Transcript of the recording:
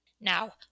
Now